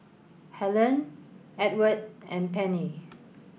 Helene Edward and Pennie